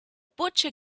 butcher